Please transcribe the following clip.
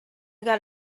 got